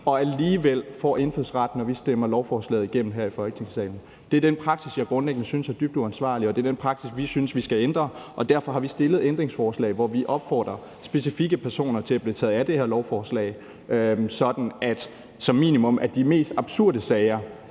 og alligevel får indfødsret, når vi stemmer lovforslaget igennem her i Folketingssalen. Det er den praksis, jeg grundlæggende synes er dybt uansvarlig, og det er den praksis, vi synes skal ændres. Og derfor har vi stillet ændringsforslag, hvor vi opfordrer til, at specifikke personer bliver taget af det her lovforslag, sådan at som minimum de mest absurde sager